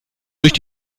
durch